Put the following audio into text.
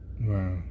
Wow